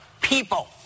people